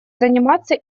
заниматься